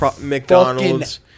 McDonald's